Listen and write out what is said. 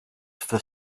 for